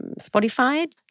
Spotify